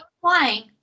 flying